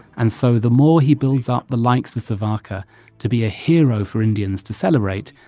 and so the more he builds up the likes for savarkar to be a hero for indians to celebrate,